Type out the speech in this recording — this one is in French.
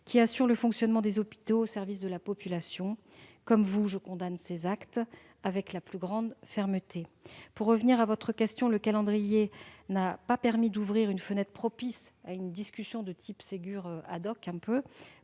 qui assurent le fonctionnement des hôpitaux au service de la population. Comme vous, je les condamne avec la plus grande fermeté. Pour en revenir à votre question, l'agenda du Gouvernement n'a pas permis d'ouvrir une fenêtre propice à une discussion de type Ségur, pour